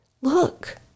look